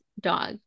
dog